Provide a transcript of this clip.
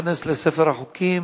החוק ייכנס לספר החוקים